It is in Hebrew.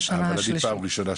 אז בשבילי זו הפעם הראשונה.